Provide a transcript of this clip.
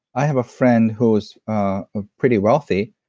i have a friend who's ah ah pretty wealthy,